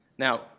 Now